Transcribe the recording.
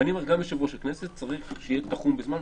אני אומר שגם יושב-ראש הכנסת צריך שיהיה תחום בזמן.